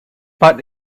but